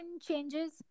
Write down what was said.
changes